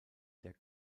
der